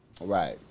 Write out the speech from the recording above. right